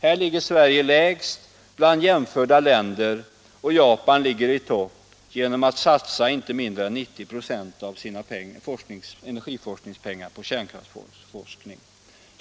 Här ligger Sverige lägst bland jämförda länder, och Japan ligger i topp genom att satsa inte mindre än 90 926 av sina energiforskningspengar på kärnkraftsforskning.